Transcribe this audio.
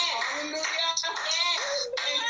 Hallelujah